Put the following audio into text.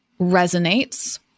resonates